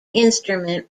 instrument